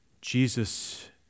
Jesus